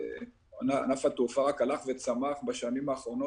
ענף התעופה רק הלך וצמח בשנים האחרונות,